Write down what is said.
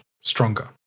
stronger